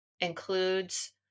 includes